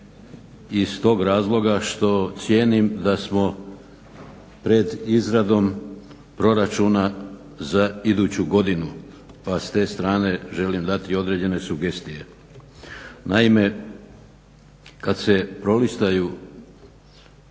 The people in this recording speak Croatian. iz tog razloga što cijenim da smo pred izradom proračuna za iduću godinu pa s te strane želim dati određene sugestije. Naime, kad se prolistaju